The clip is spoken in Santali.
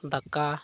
ᱫᱟᱠᱟ